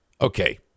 Okay